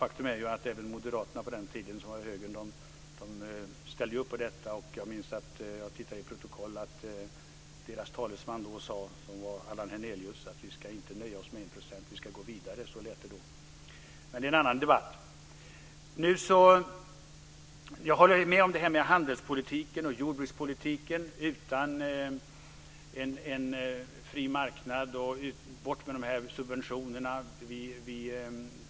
Faktum är att även Moderaterna, som på den tiden var Högern, ställde upp på detta. Jag tittade i ett protokoll och såg att deras talesman, som då var Allan Hernelius, sade att vi inte ska nöja oss med 1 % utan gå vidare. Så lät det då. Men det är en annan debatt. Jag håller med om det som sades om handelspolitiken och jordbrukspolitiken: utan en fri marknad och bort med subventionerna.